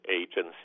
agencies